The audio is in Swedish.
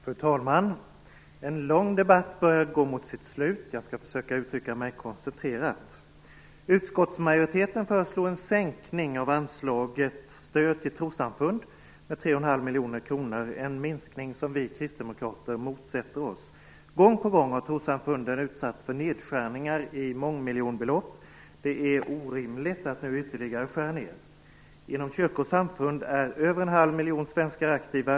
Fru talman! En lång debatt börjar gå mot sitt slut. Jag skall försöka att uttrycka mig koncentrerat. Det är en minskning som vi Kristdemokrater motsätter oss. Gång på gång har trossamfunden utsatts för nedskärningar med mångmiljonbelopp. Det är orimligt att nu ytterligare skära ned. Inom kyrkor och samfund är över en halv miljon svenskar aktiva.